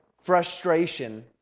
frustration